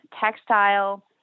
textile